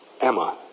Emma